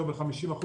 לא ב-50%,